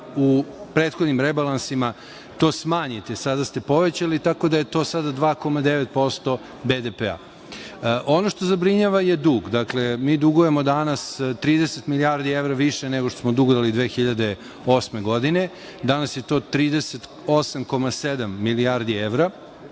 u prethodnim rebalansima, da to smanjite, sada ste povećali, tako da je to sad 2,9% BDP-a. Ono što zabrinjava je dug. Mi dugujemo danas 30 milijardi evra više nego što smo dugovali 2008. godine. Danas je to 38,7 milijardi evra.